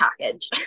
package